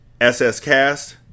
sscast